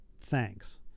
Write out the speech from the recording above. Thanks